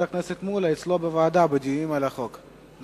הכנסת מולה בדיונים על החוק אצלו בוועדה.